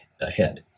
ahead